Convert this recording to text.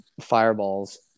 fireballs